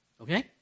Okay